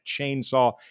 chainsaw